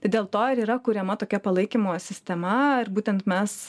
tai dėl to ir yra kuriama tokia palaikymo sistema ir būtent mes